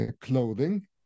clothing